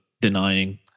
denying